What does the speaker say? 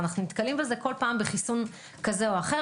אנחנו נתקלים בזה כל פעם בחיסון כזה או אחר